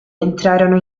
entrarono